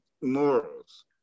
morals